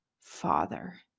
father